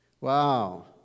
Wow